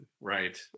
right